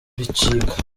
bicika